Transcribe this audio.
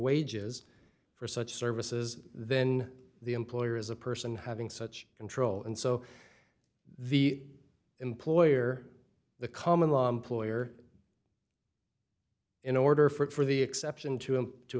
wages for such services then the employer is a person having such control and so the employer the common law ploy or in order for the exception to him to